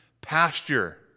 pasture